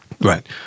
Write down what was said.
Right